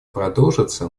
продолжатся